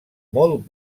molt